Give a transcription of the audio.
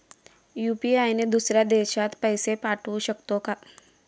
UPI ने दुसऱ्या देशात पैसे पाठवू शकतो का?